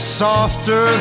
softer